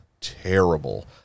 terrible